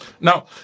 Now